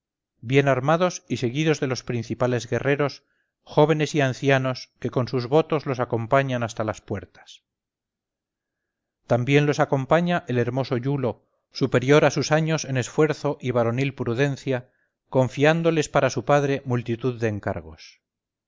bien armados y seguidos de los principales guerreros jóvenes y ancianos que con sus votos los acompañan hasta las puertas también los acompaña el hermoso iulo superior a sus años en esfuerzo y varonil prudencia confiándoles para su padre multitud de encargos